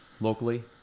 locally